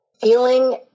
feeling